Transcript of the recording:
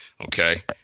okay